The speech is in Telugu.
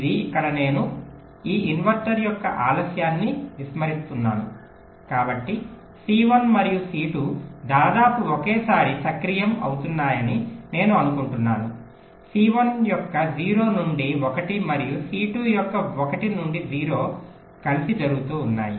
ఇది ఇక్కడ నేను ఈ ఇన్వర్టర్ యొక్క ఆలస్యాన్ని విస్మరిస్తున్నాను కాబట్టి C1 మరియు C2 దాదాపు ఒకేసారి సక్రియంఅవుతున్నాయని నేను అనుకుంటున్నాను C1 యొక్క 0 నుండి 1 మరియు C2 యొక్క 1 నుండి 0 కలిసి జరుగుతూ ఉన్నాయి